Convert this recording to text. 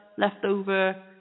leftover